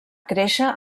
créixer